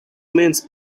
means